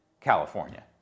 California